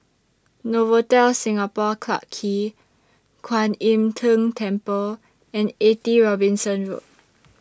Novotel Singapore Clarke Quay Kwan Im Tng Temple and eighty Robinson Road